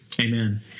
Amen